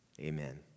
amen